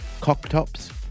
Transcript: cocktops